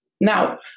Now